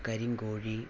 കരിങ്കോഴി